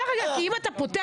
אם אתה פותח,